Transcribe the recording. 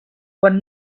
quan